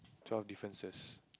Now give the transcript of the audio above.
twelve differences